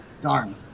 Darn